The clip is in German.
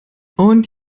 und